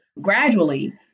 gradually